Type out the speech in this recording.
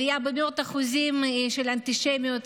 עלייה במאות אחוזים של אנטישמיות.